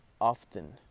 often